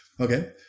Okay